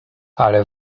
ale